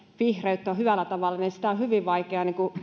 vihreyttä hyvällä tavalla on hyvin vaikea